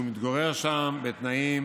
והוא מתגורר שם בתנאים